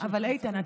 אבל איתן,